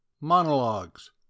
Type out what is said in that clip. monologues